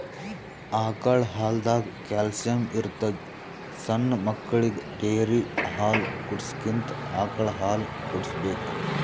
ಆಕಳ್ ಹಾಲ್ದಾಗ್ ಕ್ಯಾಲ್ಸಿಯಂ ಇರ್ತದ್ ಸಣ್ಣ್ ಮಕ್ಕಳಿಗ ಡೇರಿ ಹಾಲ್ ಕುಡ್ಸಕ್ಕಿಂತ ಆಕಳ್ ಹಾಲ್ ಕುಡ್ಸ್ಬೇಕ್